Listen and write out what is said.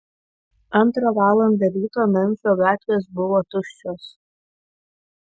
antrą valandą ryto memfio gatvės buvo tuščios